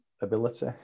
ability